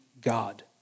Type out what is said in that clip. God